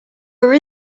were